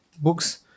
books